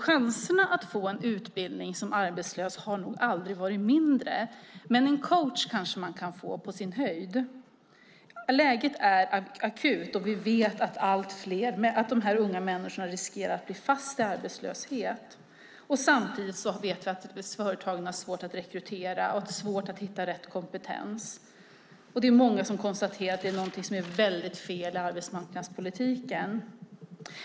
Chanserna att som arbetslös få en utbildning har nog aldrig varit mindre. Men en coach kanske man kan få, på sin höjd. Läget är akut, och vi vet att dessa unga människor riskerar att bli fast i arbetslöshet. Samtidigt vet vi att företagen har svårt att rekrytera och svårt att hitta rätt kompetens. Många konstaterar att det är någonting som är väldigt fel i arbetsmarknadspolitiken.